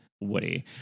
woody